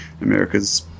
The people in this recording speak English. America's